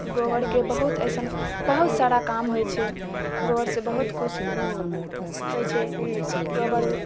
गोबरके बहुत अइसन बहुत सारा काम होइ छै गोबरसँ बहुत किछु होइ छै गोबर